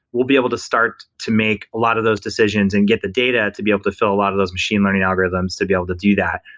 we'll be able to start to make a lot of those decisions and get the data to be able to fill a lot of those machine learning algorithms to be able to do that.